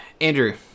Andrew